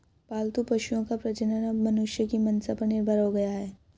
पालतू पशुओं का प्रजनन अब मनुष्यों की मंसा पर निर्भर हो गया है